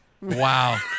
Wow